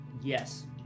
yes